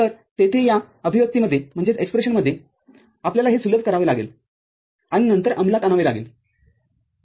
तरयेथे या अभिव्यक्तीमध्येआपल्याला हे सुलभ करावे लागेल आणि नंतर अंमलात आणावे लागेल